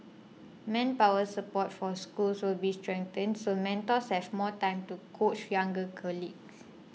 manpower support for schools will be strengthened so mentors have more time to coach younger colleagues